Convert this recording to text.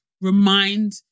Remind